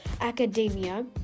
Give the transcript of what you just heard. Academia